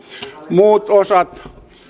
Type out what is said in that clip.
muut osat